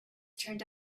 turned